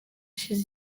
ishize